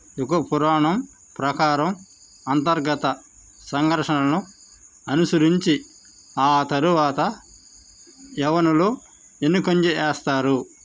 యుగ పురాణం ప్రకారం అంతర్గత సంఘర్షణను అనుసరించి ఆ తరువాత యవ్వనులు వెనుకంజ వేస్తారు